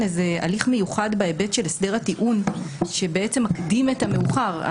איזה הליך מיוחד בהיבט של הסדר הטיעון שבעצם מקדים את המאוחר.